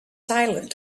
silent